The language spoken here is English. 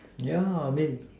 yeah I mean